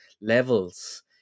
levels